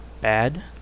bad